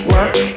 Work